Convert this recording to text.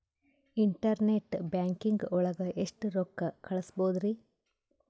Internet banking ಒಳಗೆ ಎಷ್ಟ್ ರೊಕ್ಕ ಕಲ್ಸ್ಬೋದ್ ರಿ?